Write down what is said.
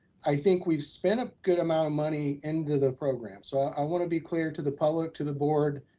i think we've spent a good amount of money into the program. so i want to be clear to the public, to the board,